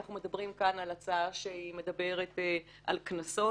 אנחנו מדברים כאן על הצעה שהיא מדברת על קנסות,